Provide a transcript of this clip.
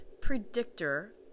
predictor